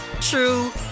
true